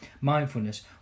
mindfulness